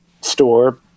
store